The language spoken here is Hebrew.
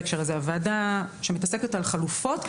הוועדה שעוסקת בחלופות,